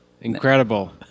Incredible